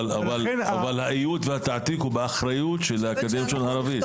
אבל האיות והתעתיק הוא באחריות של האקדמיה ללשון ערבית.